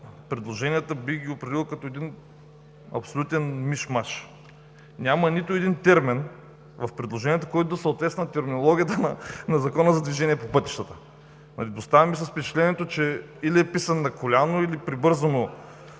предложенията бих ги определил като един абсолютен миш-маш. Няма нито един термин в предложенията, който да съответства на терминологията на Закона за движение по пътищата. Оставаме с впечатлението, че този Законопроект или е писан на коляно, или прибързано,